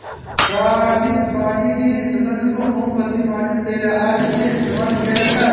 frangipani की सुगंध को मोमबत्ती, मालिश तेल आदि में इस्तेमाल किया जाता है